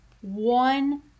one